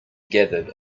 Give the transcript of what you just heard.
gathered